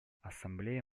ассамблея